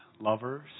lovers